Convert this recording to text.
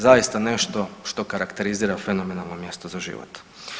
Zaista nešto što karakterizira fenomenalno mjesto za život.